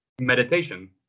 Meditation